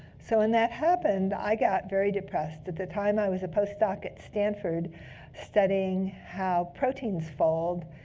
so when that happened, i got very depressed. at the time, i was a postdoc at stanford studying how proteins fold.